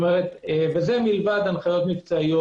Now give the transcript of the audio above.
וזה מלבד הנחיות מבצעיות,